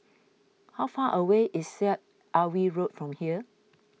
how far away is Syed Alwi Road from here